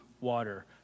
water